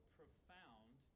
profound